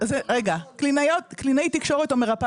הרבה פעמים מדינת ישראל מסתכלת על החור שבגרוש.